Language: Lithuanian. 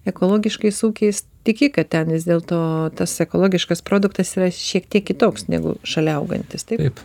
ekologiškais ūkiais tiki kad ten vis dėlto tas ekologiškas produktas yra šiek tiek kitoks negu šalia augantis taip